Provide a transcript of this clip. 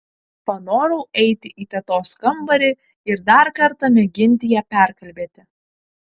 panorau eiti į tetos kambarį ir dar kartą mėginti ją perkalbėti